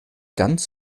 ganz